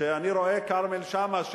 כשאני רואה את כרמל שאמה,